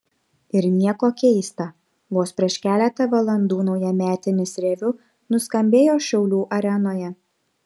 ir nieko keista vos prieš keletą valandų naujametinis reviu nuskambėjo šiaulių arenoje